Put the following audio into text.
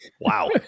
Wow